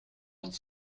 vingt